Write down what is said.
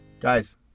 Guys